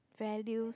values